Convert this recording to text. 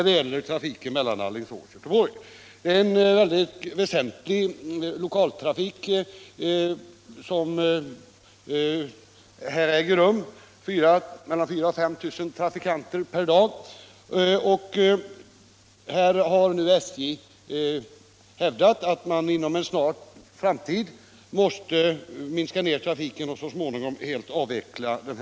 Det gäller här en mycket väsentlig lokal trafik med mellan 4 000 och 5 000 trafikanter per dag. SJ har hävdat att man inom en snar framtid Om bibehållande måste minska denna lokaltrafik och så småningom helt avveckla den.